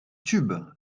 tube